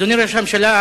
אדוני ראש הממשלה,